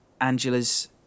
Angela's